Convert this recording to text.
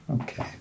Okay